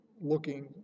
looking